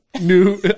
new